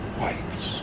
whites